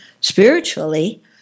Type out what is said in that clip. spiritually